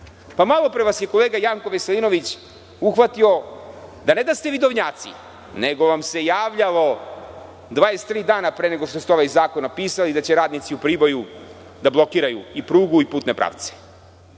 vas? Malopre vas je kolega Janko Veselinović uhvatio da ne da ste vidovnjaci nego vam se javljalo 23 dana pre nego što ste ovaj zakon napisali da će radnici u Priboju da blokiraju i prugu i putne pravce